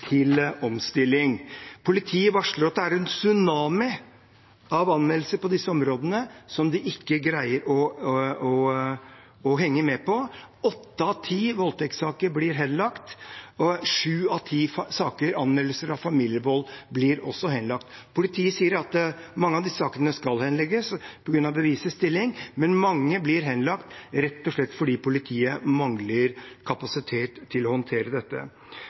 til omstilling. Politiet varsler at det er en tsunami av anmeldelser på disse områdene, som de ikke greier å henge med på. Åtte av ti voldtektssaker blir henlagt, og sju av ti saker om anmeldelser av familievold blir også henlagt. Politiet sier at mange av disse sakene skal henlegges på grunn av bevisets stilling, men mange blir henlagt rett og slett fordi politiet mangler kapasitet til å håndtere dette.